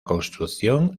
construcción